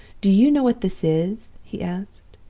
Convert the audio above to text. do you know what this is he asked.